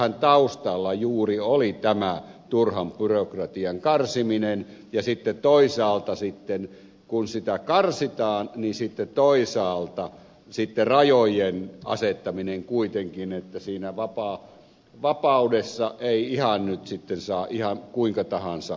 tässähän taustalla juuri oli tämä turhan byrokratian karsiminen ja sitten toisaalta kun sitä karsitaan rajojen asettaminen kuitenkin että siinä vapaudessa ei saa ihan kuinka tahansa käyttäytyä